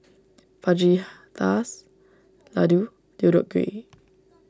Fajitas Ladoo Deodeok Gui